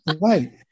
Right